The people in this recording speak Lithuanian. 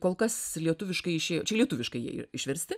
kol kas lietuviškai čia lietuviškai jie išversti